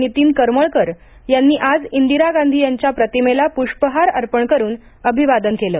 नितीन करमळकर यांनी आज इंदिरा गांधी यांच्या प्रतिमेला पुष्पहार अर्पण करून अभिवादन केलं